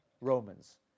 Romans